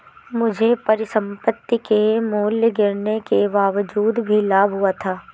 मुझे परिसंपत्ति के मूल्य गिरने के बावजूद भी लाभ हुआ था